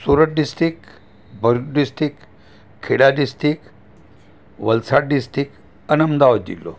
Surat district Bharuch district Kheda district Valsad district અને અમદાવાદ જિલ્લો